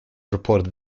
reported